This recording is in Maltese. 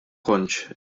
kontx